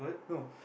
no